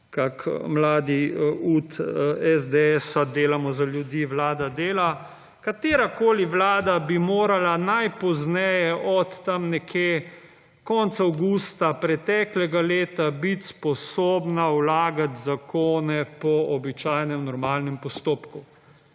kakšen mladi ud SDS: »Delamo za ljudi, Vlada dela.«. Katerakoli Vlada bi morala najpozneje od tam nekje konec avgusta preteklega leta biti sposobna vlagati zakone po običajnem, normalnem postopku